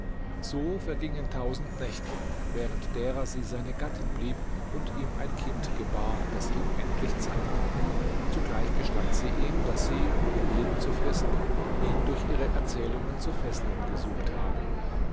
so vergingen tausend nächte während derer sie seine gattin blieb und ihm ein kind gebar das sie ihm endlich zeigte zugleich gestand sie ihm daß sie um ihr leben zu fristen ihn durch ihre erzählungen zu fesseln gesucht habe